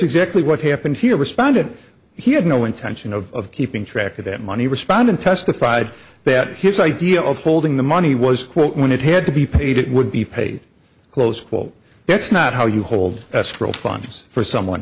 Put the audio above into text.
exactly what happened here responded he had no intention of keeping track of that money respondent testified that his idea of holding the money was quote when it had to be paid it would be paid close full that's not how you hold escrow funds for someone